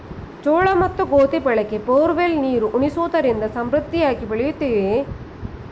ಜೋಳ ಮತ್ತು ಗೋಧಿ ಬೆಳೆಗೆ ಬೋರ್ವೆಲ್ ನೀರು ಉಣಿಸುವುದರಿಂದ ಸಮೃದ್ಧಿಯಾಗಿ ಬೆಳೆಯುತ್ತದೆಯೇ?